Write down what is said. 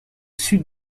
sud